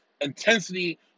intensity